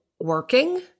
working